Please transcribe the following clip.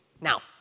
Now